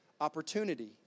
opportunity